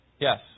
Yes